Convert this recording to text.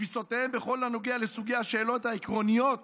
תפיסותיהם בכל הנוגע לסוגי השאלות העקרוניות